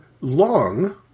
long